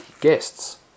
guests